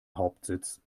hauptsitz